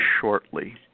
shortly